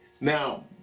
Now